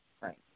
right